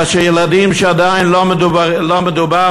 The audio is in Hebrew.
כאשר ילדים שעדיין מדובר,